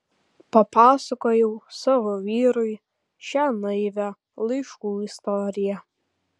papasakojau savo vyrui šią naivią laiškų istoriją